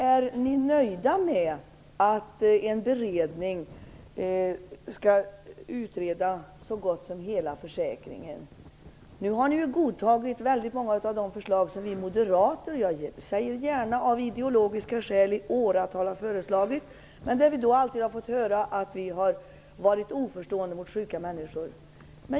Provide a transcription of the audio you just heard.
Är ni nöjda med att en beredning skall utreda så gott som hela försäkringen? Ni har nu godtagit många av de förslag som vi Moderater - av ideologiska skäl, det säger jag gärna - har föreslagit. Vi har dock alltid fått höra att vi har varit oförstående gentemot sjuka människor.